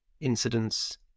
incidents